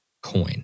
coin